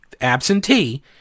absentee